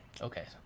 Okay